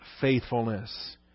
faithfulness